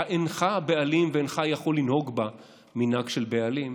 אתה אינך הבעלים ואינך יכול לנהוג בה מנהג של בעלים,